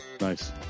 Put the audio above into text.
Nice